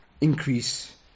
increase